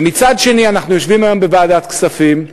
ומצד שני, אנחנו יושבים היום בוועדת הכספים,